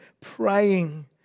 praying